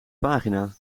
pagina